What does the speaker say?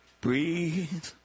Breathe